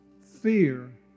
fear